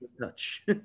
touch